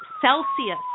Celsius